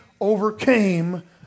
overcame